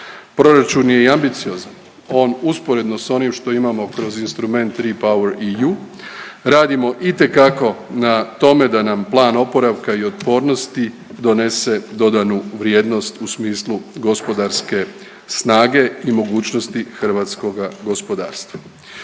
Proračun je i ambiciozan. On usporedno s onim što imamo kroz instrument 3 power EU radimo itekako na tome da nam Plan oporavka i otpornosti donese dodanu vrijednost u smislu gospodarske snage i mogućnosti hrvatskoga gospodarstva.